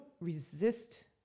resist